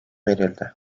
verildi